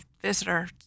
visitor